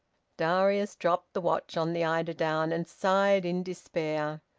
darius dropped the watch on the eider-down, and sighed in despair,